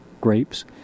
Grapes